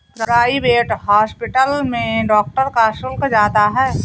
private hospital में doctor का शुल्क ज्यादा है